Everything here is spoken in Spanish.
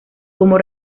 como